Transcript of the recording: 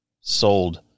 sold